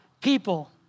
people